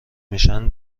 میشن